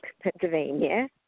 Pennsylvania